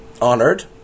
honored